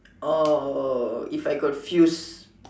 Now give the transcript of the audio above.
orh if I got fuse